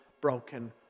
broken